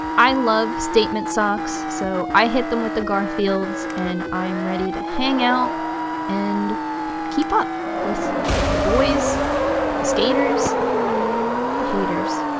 i love statement socks. so i hit them with the garfield's and i am ready to hang out and keep up with the boys the skaters the haters